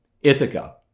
Ithaca